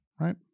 right